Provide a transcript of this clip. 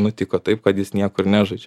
nutiko taip kad jis niekur nežaidžia